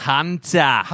Hunter